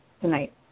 tonight